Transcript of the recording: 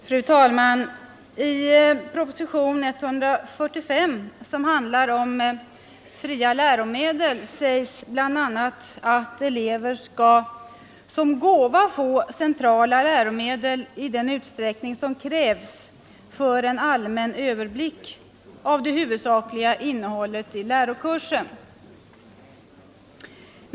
Fru talman! I propositionen 145 som handlar om fria läromedel sägs bl.a. att elev skall såsom gåva få centrala läromedel i den utsträckning som krävs för en allmän överblick av det huvudsakliga innehållet i lärokursen.